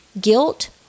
Guilt